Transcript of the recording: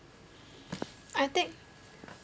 I think